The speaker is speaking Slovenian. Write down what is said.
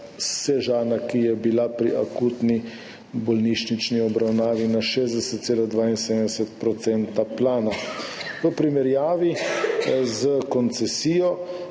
Sežana, ki je bila pri akutni bolnišnični obravnavi na 60,72 % plana. V primerjavi s koncesijo